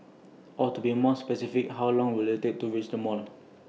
or to be more specific how long will IT take to reach the mall